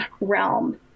realm